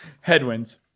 Headwinds